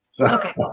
Okay